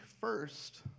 first